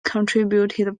contributed